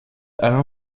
alain